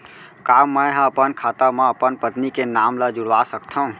का मैं ह अपन खाता म अपन पत्नी के नाम ला जुड़वा सकथव?